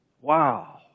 Wow